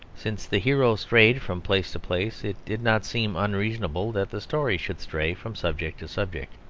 since the hero strayed from place to place, it did not seem unreasonable that the story should stray from subject to subject.